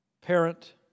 parent